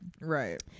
Right